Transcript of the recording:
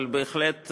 אבל בהחלט,